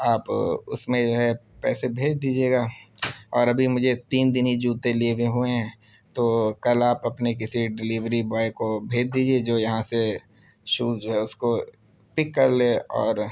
آپ اس میں جو ہے پیسے بھیج دیجیے گا اور ابھی مجھے تین دن ہی جوتے لیے ہوئے ہوئے ہیں تو کل آپ اپنے کسی ڈلیوری بوائے کو بھیج دیجیے جو یہاں سے شوز جو اس کو پک کر لے اور